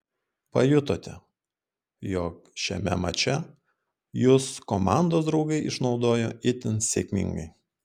pajutote jog šiame mače jus komandos draugai išnaudojo itin sėkmingai